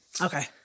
Okay